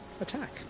attack